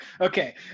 okay